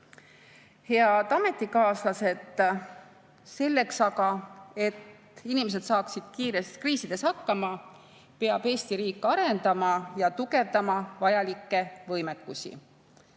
ametikaaslased! Selleks, et inimesed saaksid kriisides hakkama, peab Eesti riik arendama ja tugevdama vajalikke võimekusi.